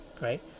right